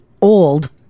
old